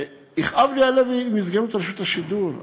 יכאב לי הלב אם יסגרו את רשות השידור.